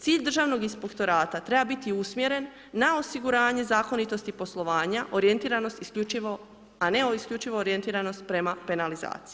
Cilj Državnog inspektorata treba biti usmjeren na osiguranje zakonitosti poslovanja, orjentiranost isključivo a ne o isključivo orijentiranost prema penalizaciji.